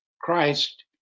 Christ